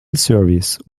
service